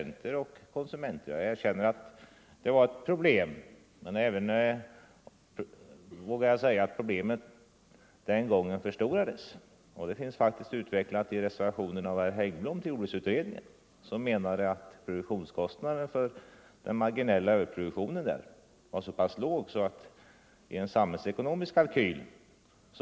Jag erkänner att 6 december 1974 det var problem, men jag vågar säga att problemet den gången förstorades LL — det finns faktiskt utvecklat i reservationen av herr Haeggblom till jord — Ang. jordbrukspolibruksutredningen. Produktionskostnaden för den marginella överproduk = tiken tionen var så låg att den icke var belastande i en samhällsekonomisk kalkyl.